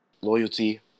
loyalty